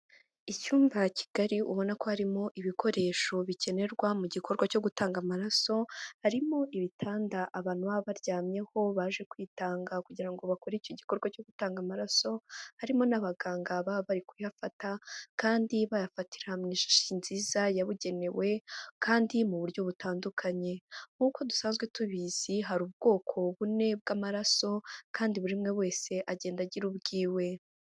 Icyumba kigari ubona ko harimo ibikoresho bikenerwa mu gikorwa cyo gutanga amaraso, harimo ibitanda abantu baba baryamyeho baje kwitanga kugira ngo bakore icyo gikorwa cyo gutanga amaraso, harimo n'abaganga baba bari kuyafata kandi bayafatira mu ishashi nziza yabugenewe kandi mu buryo butandukanye. Nk'uko dusanzwe tubizi hari ubwoko bune bw'amaraso kandi buri umwe wese agenda agira ubwiwe.